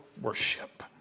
worship